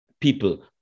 people